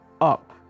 up